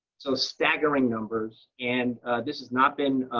so, staggering numbers. and this has not been